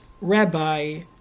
rabbi